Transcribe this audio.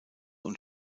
und